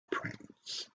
prince